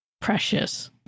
precious